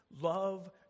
love